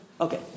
Okay